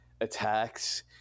attacks